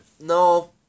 No